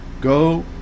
Go